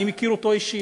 אני מכיר אותו אישית.